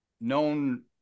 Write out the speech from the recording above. known